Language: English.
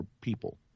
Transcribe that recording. people